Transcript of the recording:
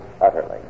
utterly